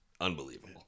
unbelievable